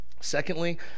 Secondly